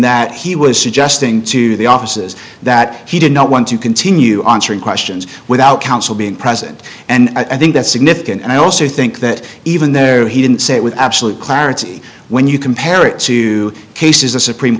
that he was suggesting to the offices that he did not want to continue on three questions without counsel being present and i think that's significant and i also think that even there he didn't say with absolute clarity when you compare it to cases the supreme